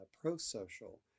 pro-social